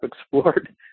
explored